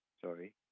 sorry